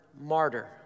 martyr